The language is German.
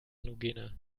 halogene